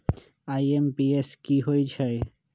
IMPS की होईछइ?